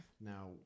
Now